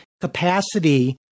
capacity